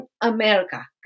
America